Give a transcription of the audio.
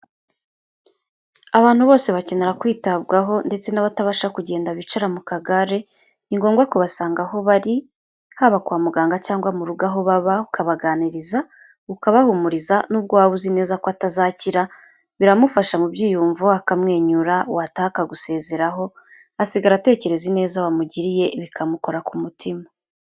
Abantu bose bakenera kwitabwaho ndetse n'abatabasha kugenda bicara mu kagare, ni ngombwa kubasanga aho bari, haba kwa muganga cyangwa mu rugo aho baba, ukabaganiriza, ukabahumuriza n'ubwo waba uzi neza ko atazakira, biramufasha mu byiyumvo, akamwenyura, wataha akagusezeraho, asigara atekereza ineza wamugiriye, bikamukora ku mutima.